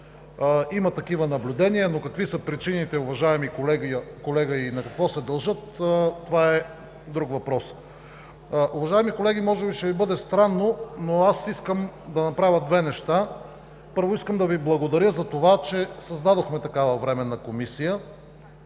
Има такива наблюдения, но какви са причините, уважаеми колега, и на какво се дължат е друг въпрос. Уважаеми колеги, може би ще Ви бъде странно, но аз искам да направя две неща. Първо, искам да Ви благодаря за това, че създадохме такава Временна комисия.